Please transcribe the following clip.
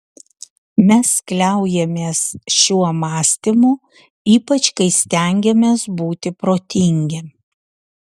mes kliaujamės šiuo mąstymu ypač kai stengiamės būti protingi